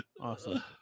awesome